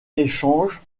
échanges